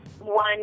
one